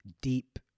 deep